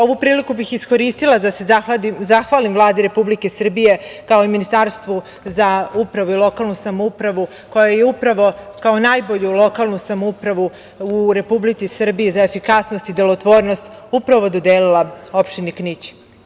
Ovu priliku bih iskoristila da se zahvalim Vladi Republike Srbije, kao i Ministarstvo za upravu i lokalnu samoupravu, koja je kao najbolju lokalnu samoupravu u Republici Srbiji, za efikasnost i delotvornost dodelila opštini Knić.